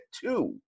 two